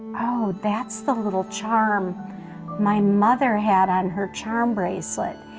oh, that's the little charm my mother had on her charm bracelet.